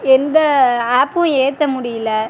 எந்த ஆப்பும் ஏற்ற முடியல